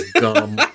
gum